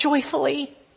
joyfully